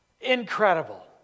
incredible